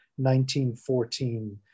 1914